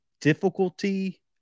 difficulty